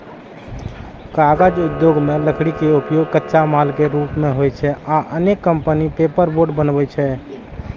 कागज उद्योग मे लकड़ी के उपयोग कच्चा माल के रूप मे होइ छै आ अनेक कंपनी पेपरबोर्ड बनबै छै